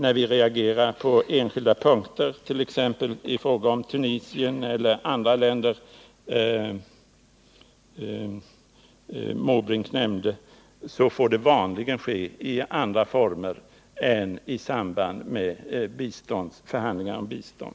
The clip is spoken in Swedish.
När vi reagerar på enskilda punkter, t.ex. i fråga om Tunisien eller de andra länder som Bertil Måbrink nämnde, sker det emellertid vanligen i andra former än i samband med förhandlingar om bistånd.